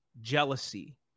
jealousy